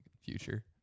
future